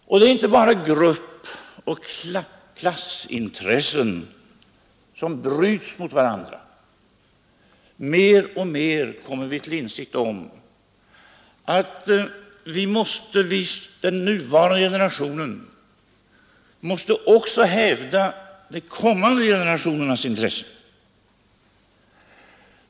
Och det är inte bara gruppoch klassintressen som bryts mot varandra. Mer och mer kommer vi till insikt om att den nuvarande generationen också måste hävda de kommande generationernas intresse.